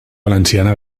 valenciana